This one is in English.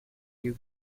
you